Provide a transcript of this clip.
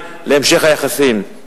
ברשותך,